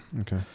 Okay